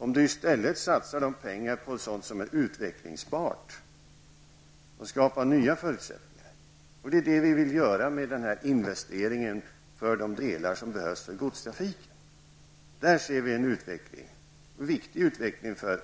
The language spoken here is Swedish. Om man i stället satsar pengarna på sådant som är utvecklingsbart och skapar nya satsningar -- det är det vi vill göra genom att investera i de bandelar som behövs för godstrafiken -- är det en viktig utveckling för